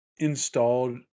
Installed